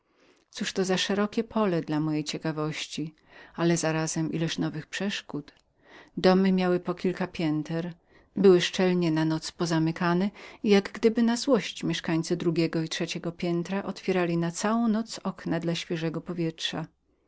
cóż to za szerokie pole dla mojej ciekawości ale zarazem jaka większość przeszkód domy były o kilku piętrach szczelnie na noc pozamykane i jak gdyby na złość dla mnie mieszkańcy drugich i trzecich piątr otwierali na noc okna dla świeżego powietrza